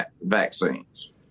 vaccines